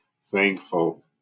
thankful